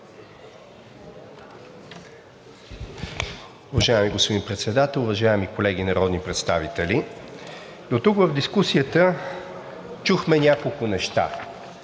Уважаеми господин Председател, уважаеми колеги народни представители! Дотук в дискусията чухме няколко неща.